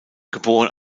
geboren